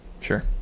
Sure